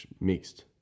mixed